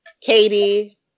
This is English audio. Katie